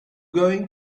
going